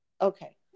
Okay